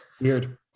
Weird